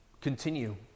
continue